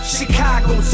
Chicago